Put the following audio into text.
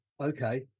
okay